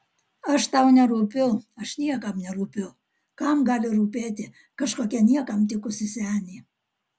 aš tau nerūpiu aš niekam nerūpiu kam gali rūpėti kažkokia niekam tikusi senė